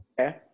Okay